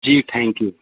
G thank you